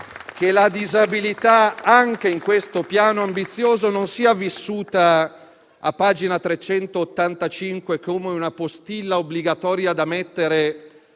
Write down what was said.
che la disabilità, anche in questo piano ambizioso, non sia vissuta, a pagina 385, come una postilla obbligatoria da inserire